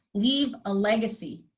leave a legacy.